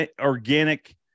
organic